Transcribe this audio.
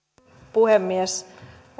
puhemies